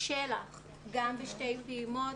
‏של"ח גם בשתי פעימות,